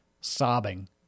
sobbing